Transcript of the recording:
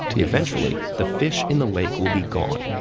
eventually, the fish in the lake will be gone,